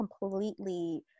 completely